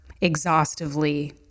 exhaustively